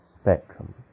spectrum